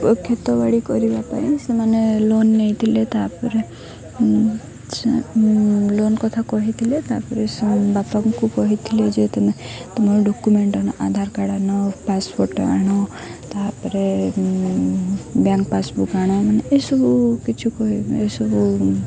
କ୍ଷେତବାଡ଼ି କରିବା ପାଇଁ ସେମାନେ ଲୋନ୍ ନେଇଥିଲେ ତାପରେ ସେ ଲୋନ୍ କଥା କହିଥିଲେ ତାପରେ ସେ ବାପାଙ୍କୁ କହିଥିଲେ ଯେ ତମେ ତୁମର ଡକ୍ୟୁମେଣ୍ଟ ଆଣ ଆଧାର କାର୍ଡ଼ ଆଣ ପାସପୋର୍ଟ ଆଣ ତାପରେ ବ୍ୟାଙ୍କ ପାସ୍ବୁକ୍ ଆଣ ଏସବୁ କିଛି ଏସବୁ